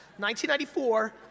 1994